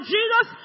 Jesus